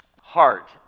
heart